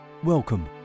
Welcome